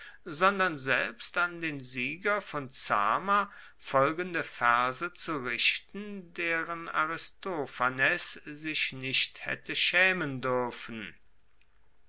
sondern selbst an den sieger von zama folgende verse zu richten deren aristophanes sich nicht haette schaemen duerfen